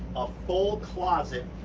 a full closet